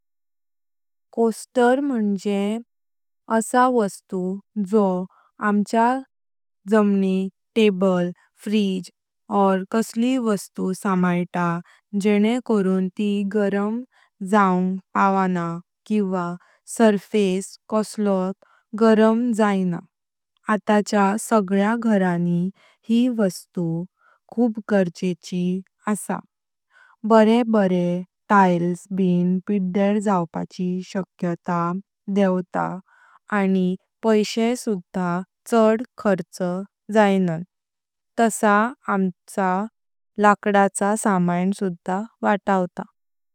कॉस्टर मुण्जे आसप वस्तु जो आमच्या जमीक, टेबल, फ्रिज ओर कसल्य वस्तु समायता जेणे करून ती गरम जाऊं पावना किवा सरफेस कस्लोत हॉर्म जायना आताच्या सगळ्यां घरां यी वस्तुत जरूरीची आस। बरे बरे टायटल्स बिन पिडयार जाऊपाचि शक्त्या देवता आनी पैशे सुधा चड खर्च जायना। तसत आमचा लकडाचा समाईन सुधा वाटावता।